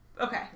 Okay